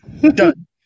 Done